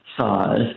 size